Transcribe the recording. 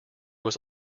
was